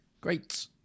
Great